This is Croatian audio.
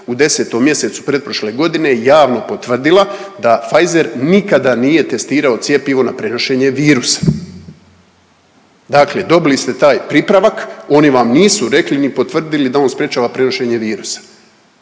u 10. mjesecu pretprošle godine je javno potvrdila da Pfizer nikada nije testirao cjepivo na prenošenje virusa, dakle dobili ste taj pripravak, oni vam nisu rekli ni potvrdili da on sprječava prenošenje virusa,